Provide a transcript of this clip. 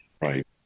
Right